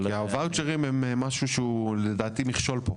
כי הוואוצ'רים הם משהו שהוא לדעתי מכשול פה.